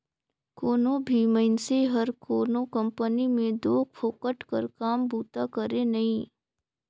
कोनो भी मइनसे हर कोनो कंपनी में दो फोकट कर काम बूता करे नई